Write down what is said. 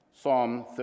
Psalm